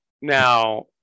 Now